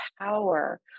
power